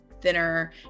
thinner